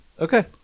Okay